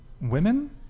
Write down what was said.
women